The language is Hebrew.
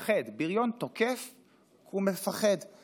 הכללים לגבי בריונים הם תמיד אותם כללים.